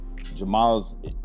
jamal's